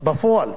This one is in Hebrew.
בפועל.